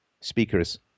speakers